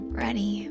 ready